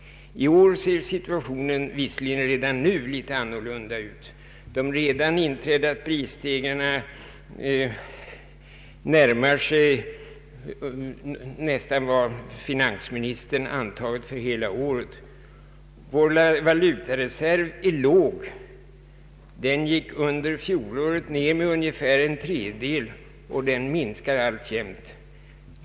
I år ser situationen redan nu litet annorlunda ut. De redan inträdda prisstegringarna närmar sig nästan vad finansministern räknat med för hela året. Vår valutareserv är låg. Den gick under fjolåret ned med en tredjedel, och den minskar alltjämt.